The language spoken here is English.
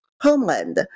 homeland